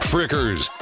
Frickers